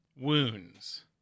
wounds